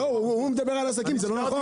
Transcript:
לא, הוא מדבר על עסקים, זה לא נכון.